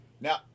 Now